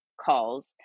calls